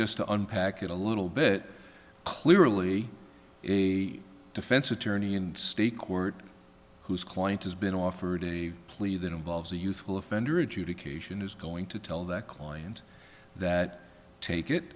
just to unpack it a little bit clearly a defense attorney and state court who's client has been offered a plea that involves a youthful offender adjudication is going to tell that client that take it